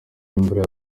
n’imvura